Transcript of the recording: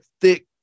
thick